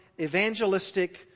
evangelistic